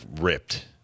ripped